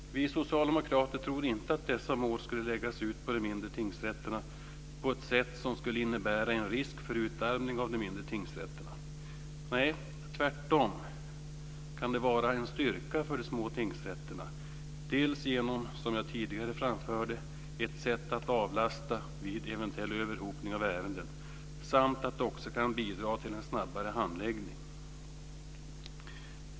Vi socialdemokrater tror inte att dessa mål skulle läggas ut på de mindre tingsrätterna på ett sätt som skulle innebära en risk för utarmning av de mindre tingsrätterna. Nej, tvärtom kan det vara en styrka för de små tingsrätterna dels genom, som jag tidigare framförde, avlastning vid eventuell överhopning av ärenden, dels genom att det kan bidra till en snabbare handläggning.